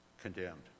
condemned